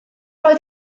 oedd